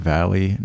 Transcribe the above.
Valley